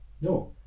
No